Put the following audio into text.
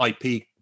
IP